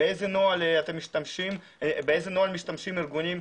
באיזה נוהל משתמשים ארגונים שונים,